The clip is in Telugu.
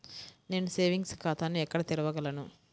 నేను సేవింగ్స్ ఖాతాను ఎక్కడ తెరవగలను?